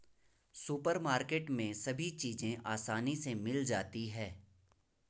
supermarket में सभी चीज़ें आसानी से मिल जाती है